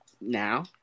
now